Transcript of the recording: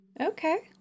Okay